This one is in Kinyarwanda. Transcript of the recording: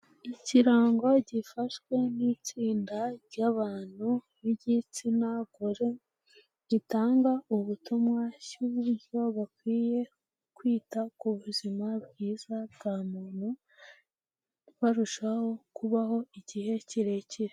Ikirango gifashwe n'itsinda ry'abantu b'igitsina gore, gitanga ubutumwa cy'uburyo bakwiye kwita ku buzima bwiza bwa muntu barushaho kubaho igihe kirekire.